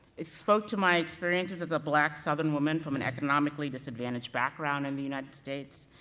it spoke to my experiences as a black southern woman from an economically disadvantaged background in the united states,